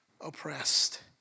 oppressed